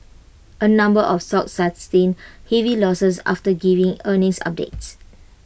A number of stocks sustained heavy losses after giving earnings updates